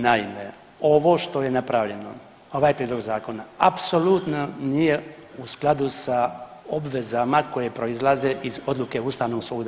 Naime, ovo što je napravljeno, ovaj prijedlog zakona apsolutno nije u skladu sa obvezama koje proizlaze iz odluke ustavnog suda.